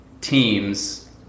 teams